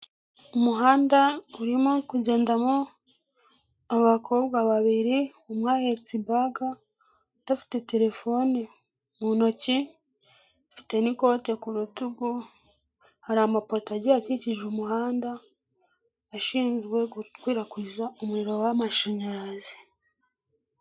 Umuhanda urimo kugendamo abakobwa babiri, umwe ahetsi ibaga, undi afite telefoni mu ntoki afite n'ikote ku rutugu. Hari amapoto agiye akikije umuhanda ashinzwe gukwirakwiza umuriro w'amashanyarazi.